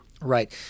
Right